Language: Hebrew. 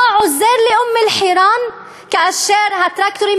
לא עוזר לאום-אלחיראן כאשר הטרקטורים